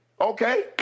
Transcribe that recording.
Okay